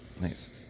Nice